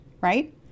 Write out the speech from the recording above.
right